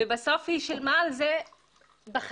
בסוף היא שילמה על זה בחייה.